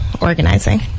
organizing